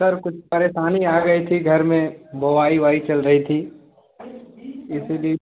sir कुछ परेशानी आ गई थी घर में बोआई वोआई चल रही थी जैसे कि